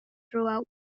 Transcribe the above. throughout